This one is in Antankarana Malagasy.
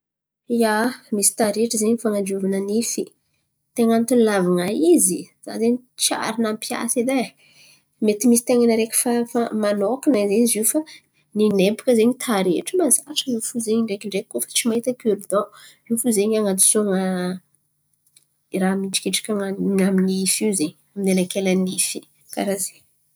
Ia, misy taretry zen̈y fan̈adiovana nify. Ten̈a antony ilàvan̈a izy, za zen̈y tsiary nampiasa edy e mety misy ten̈a ny araiky fa fa manokana zen̈y izy io fa ninay bàka zen̈y taretry mahazatra in̈y fo zen̈y. Ndraikindraiky koa fa tsy mahita kiry dan io fo zen̈y an̈adosoan̈a i raha mihidrikidriky amin'ny nify io zen̈y amin'ny elankelan'ny nify. Karà zen̈y.